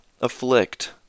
afflict